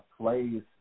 plays